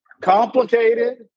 complicated